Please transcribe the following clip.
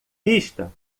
pista